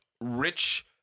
rich